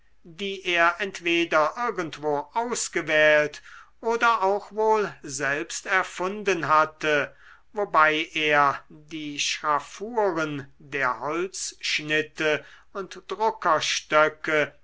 die er entweder irgendwo ausgewählt oder auch wohl selbst erfunden hatte wobei er die schraffuren der holzschnitte und